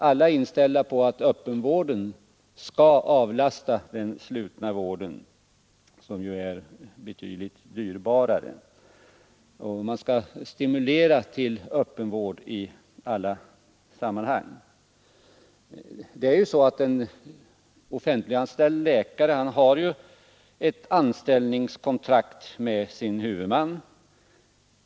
Alla är inställda på att öppenvården skall avlasta den slutna vården, som ju är betydligt dyrare; man skall stimulera till öppenvård i alla sammanhang. En offentliganställd läkare har ju ett anställningskontrakt med sin huvudman.